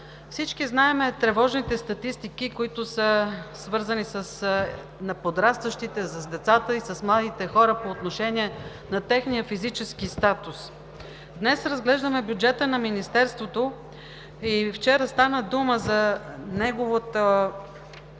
Всички знаем тревожните статистики, които са свързани с подрастващите, с децата и с младите хора по отношение на техния физически статус. Днес разглеждаме бюджета на Министерството и вчера стана дума за неговото